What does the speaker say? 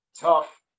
tough